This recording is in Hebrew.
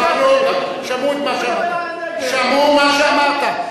שמעו מה שאמרת.